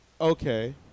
Okay